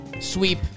sweep